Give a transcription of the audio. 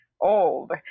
old